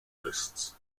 lists